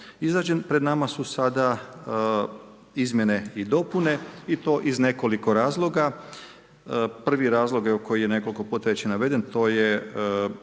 izrađen. Pred nama su sada izmjene i dopune i to iz nekoliko razloga. Prvi razlog evo koliko je nekoliko puta već naveden, to je